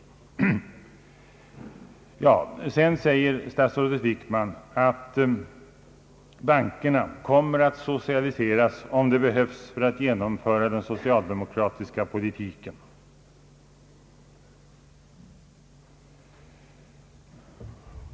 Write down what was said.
Statsrådet Wickman sade vidare att bankerna kommer att socialiseras, om det behövs för att genomföra den socialdemokratiska politiken.